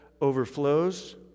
overflows